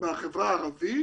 בחברה הערבית